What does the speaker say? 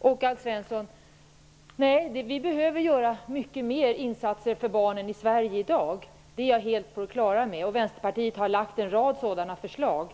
Att vi behöver göra mycket mer insatser för barnen i Sverige i dag, är jag helt på det klara med, och Vänsterpartiet har lagt fram en rad sådana förslag.